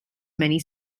many